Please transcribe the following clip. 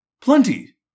Plenty